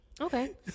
okay